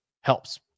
helps